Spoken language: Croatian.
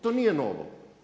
To nije novo.